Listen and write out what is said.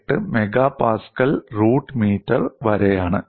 28 MPa root metre വരെയാണ്